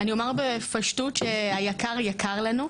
אני אומר בפשטות שהיק"ר יקר לנו.